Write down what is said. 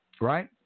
Right